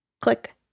click